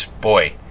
boy